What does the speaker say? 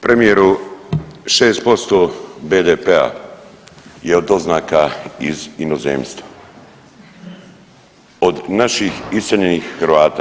Premijeru, 6% BDP je od doznaka iz inozemstva, od naših iseljenih Hrvata.